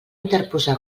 interposar